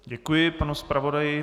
Děkuji panu zpravodaji.